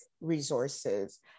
resources